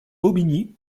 bobigny